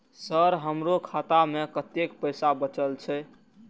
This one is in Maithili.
सर हमरो खाता में कतेक पैसा बचल छे?